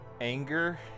anger